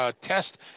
test